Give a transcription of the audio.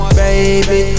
baby